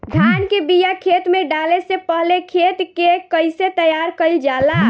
धान के बिया खेत में डाले से पहले खेत के कइसे तैयार कइल जाला?